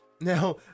Now